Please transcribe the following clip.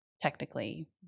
technically